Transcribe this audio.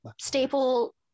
staple